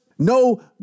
No